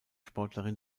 sportlerin